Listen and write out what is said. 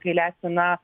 kai lesina